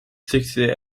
sixty